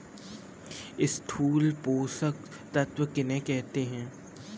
स्थूल पोषक तत्व किन्हें कहते हैं?